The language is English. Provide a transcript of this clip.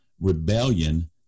rebellion